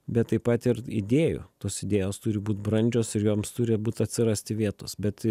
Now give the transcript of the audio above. bet taip pat ir idėjų tos idėjos turi būt brandžios ir joms turi būt atsirasti vietos bet